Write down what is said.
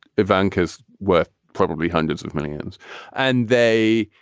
ivanka is worth probably hundreds of millions and they.